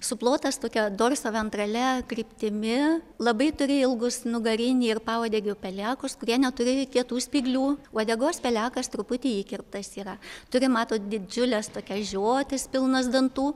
suplotas tokia dorisoventralia kryptimi labai turi ilgus nugarinį ir pauodegio pelekus kurie neturi kietų spyglių uodegos pelekas truputį įkirptas yra turi matot didžiules tokias žiotis pilnas dantų